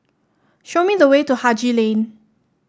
show me the way to Haji Lane